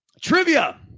trivia